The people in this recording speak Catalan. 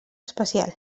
espacial